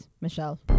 Michelle